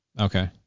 Okay